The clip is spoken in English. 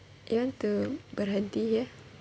you want to berhenti here